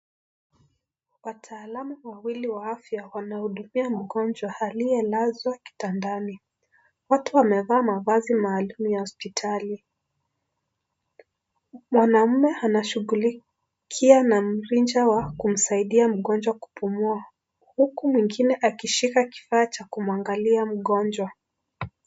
Wataalamu wawili wa afya, wanahudumia mgonjwa, aliyelazwa kitandani. Wote wamevaa mavazi maalum ya hosipitali. Mwanaume anashughulikia na mricha wa kumsaidia mgonjwa kupumua, huku mwingine akishika ,kifaa cha kumwangalia mgonjwa.